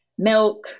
milk